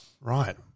right